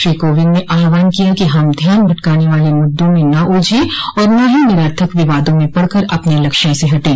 श्री कोविंद ने आहवान किया कि हम ध्यान भटकाने वाले मुददों में न उलझे और न ही निरर्थक विवादों में पडकर अपने लक्ष्यों से हटे